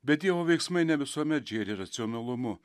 bet dievo veiksmai ne visuomet žėri racionalumu